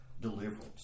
deliverance